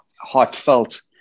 heartfelt